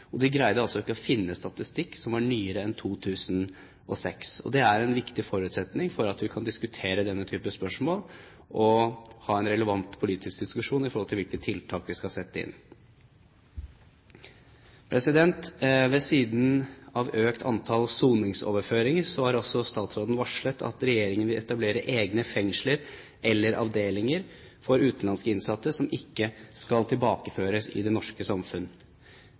og de greide altså ikke å finne statistikk som var nyere enn fra 2006. Det er en viktig forutsetning for at vi kan diskutere denne type spørsmål og ha en relevant politisk diskusjon om hvilke tiltak vi skal sette inn. Ved siden av et økt antall soningsoverføringer har statsråden også varslet at regjeringen vil etablere egne fengsler eller avdelinger for utenlandske innsatte som ikke skal tilbakeføres i det norske samfunn.